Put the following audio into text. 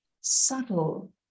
subtle